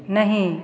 नहि